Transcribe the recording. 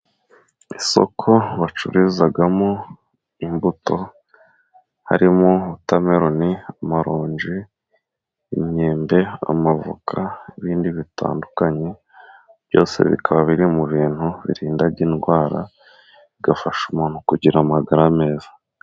Isoko bacururizamo imbuto, harimo wotameruni, amaronji, imyembe, amavoka n'ibindi bitandukanye, byose bikaba biri mu bintu birinda indwara, bigafasha umuntu kugira amagara meza.